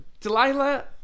Delilah